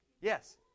Yes